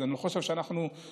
אני לא חושב שאנחנו רוצים